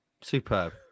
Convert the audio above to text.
Superb